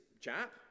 chap